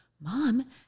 mom